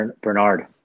Bernard